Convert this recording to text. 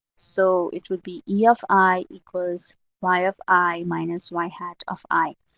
so it would be e of i equals y of i minus y hat of i.